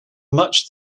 much